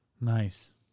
Nice